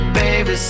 baby